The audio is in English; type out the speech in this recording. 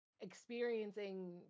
experiencing